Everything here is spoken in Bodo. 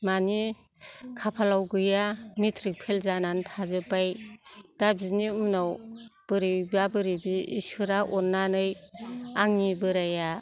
मानि खाफालाव गैया मेट्रिक फेल जानानै थाजोबबाय दा बिनि उनाव बोरैबा बोरैबि इसोरा अननानै आंनि बोराइया